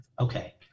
Okay